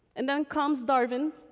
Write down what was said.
and then comes darwin.